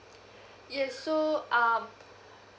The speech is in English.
yes so um